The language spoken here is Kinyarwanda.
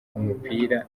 umupira